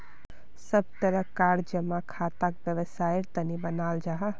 सब तरह कार जमा खाताक वैवसायेर तने बनाल जाहा